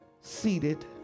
seated